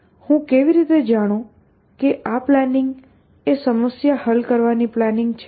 હું કેવી રીતે જાણું કે આ પ્લાનિંગ એ સમસ્યા હલ કરવાની પ્લાનિંગ છે